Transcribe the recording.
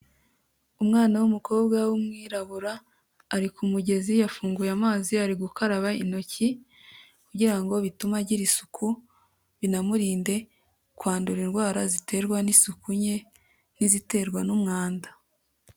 Umwana w'umukobwa w'umwirabura ari ku mugezi yafunguye amazi ari gukaraba intoki kugira ngo bitume agira isuku, binamurinde kwandura indwara ziterwa n'isuku nke n'iziterwa n'umwanda.